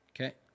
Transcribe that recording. Okay